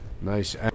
Nice